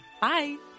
bye